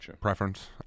preference